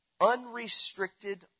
unrestricted